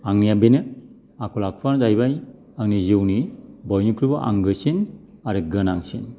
आंनिया बेनो आखल आखुवा जाहैबाय आंनि जिउनि बयनिख्रुइबो आंगोसिन आरो गोनांसिन